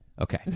Okay